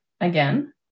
again